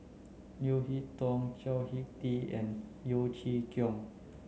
Leo Hee Tong Chao Hick Tin and Yeo Chee Kiong